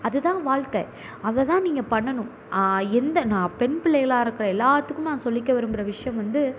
அது தான் வாழ்க்க அதை தான் நீங்கள் பண்ணணும் எந்த நான் பெண் பிள்ளைகளாக இருக்கிற எல்லோத்துக்குமே நான் சொல்லிக்க விரும்புகிற விஷயம் வந்து